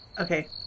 okay